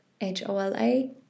H-O-L-A